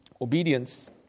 Obedience